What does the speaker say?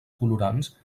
colorants